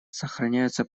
сохраняются